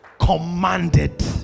Commanded